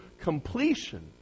completion